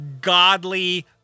godly